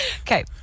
Okay